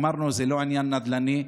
אמרנו: זה לא עניין נדל"ני,